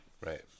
Right